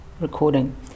recording